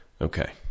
Okay